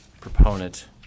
proponent